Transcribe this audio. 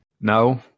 No